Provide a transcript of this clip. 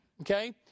Okay